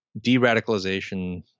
De-radicalization